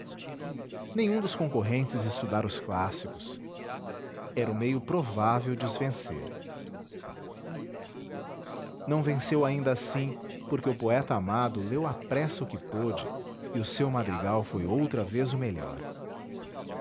nenhum dos concorrentes estudara os clássicos era o meio provável de os vencer não venceu ainda assim porque o poeta amado leu à pressa o que pôde e o seu madrigal foi outra vez o melhor